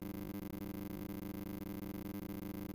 מרד, מוטלת על הבלש ריק דקארד המשימה למצוא אותם